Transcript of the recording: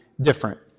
different